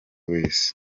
wese